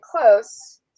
close